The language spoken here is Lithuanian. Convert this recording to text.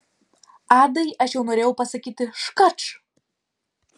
adai aš jau norėjau pasakyti škač